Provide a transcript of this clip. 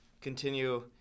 continue